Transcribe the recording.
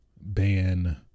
ban